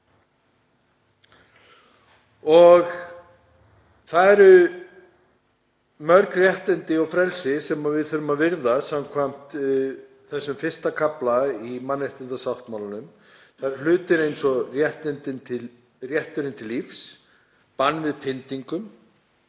Það eru margs konar réttindi og frelsi sem við þurfum að virða samkvæmt þessum I. kafla í mannréttindasáttmálanum; hlutir eins og rétturinn til lífs, bann við pyndingum,